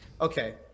Okay